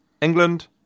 England